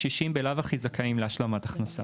קשישים בלאו הכי זכאים להשלמת הכנסה.